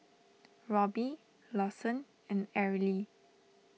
Robby Lawson and Arely